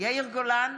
יאיר גולן,